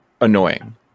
annoying